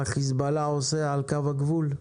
מה חיזבאללה עושה על קו הגבול,